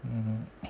um